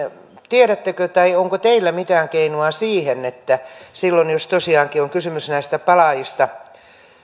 tiedättekö tai onko teillä mitään keinoa siihen että silloin jos tosiaankin on kysymys näistä palaajista tänne